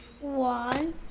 One